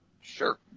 Sure